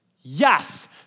yes